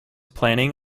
planning